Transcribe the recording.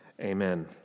Amen